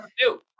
two